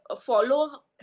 follow